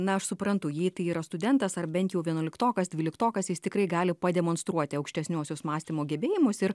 na aš suprantu jei tai yra studentas ar bent jau vienuoliktokas dvyliktokas jis tikrai gali pademonstruoti aukštesniuosius mąstymo gebėjimus ir